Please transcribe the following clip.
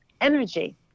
energy